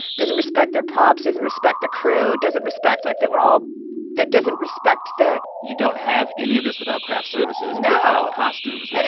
doesn't respect their props, doesn't respect the crew, doesn't respect, like, that we're all that doesn't respect the. you don't have any of this without craft services. no. without costumes, but and